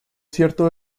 cierto